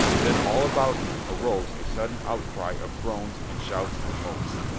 then all about him arose a sudden outcry of groans and shouts and oaths.